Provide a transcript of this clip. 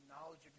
knowledge